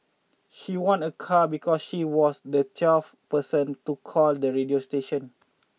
she won a car because she was the twelfth person to call the radio station